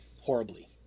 Horribly